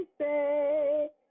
say